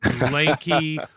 lanky